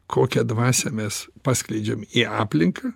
kokią dvasią mes paskleidžiam į aplinką